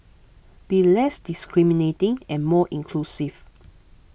be less discriminating and more inclusive